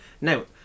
Now